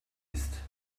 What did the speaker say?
ist